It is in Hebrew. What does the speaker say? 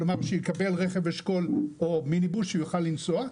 כלומר שיקבל רכב אשכול או מיניבוס כדי שיוכל לנסוע.